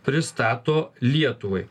pristato lietuvai